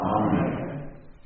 Amen